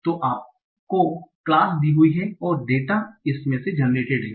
तो आपको क्लास दी हुई हैं और डाटा इसमें से जनरेटेड हैं